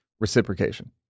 reciprocation